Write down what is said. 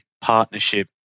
partnership